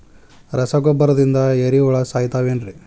ರಸಗೊಬ್ಬರದಿಂದ ಏರಿಹುಳ ಸಾಯತಾವ್ ಏನ್ರಿ?